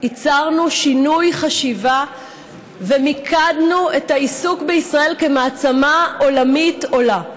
ייצרנו שינוי חשיבה ומיקדנו את העיסוק בישראל כמעצמה עולמית עולה.